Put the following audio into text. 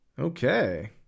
Okay